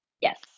Yes